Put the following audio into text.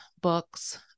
books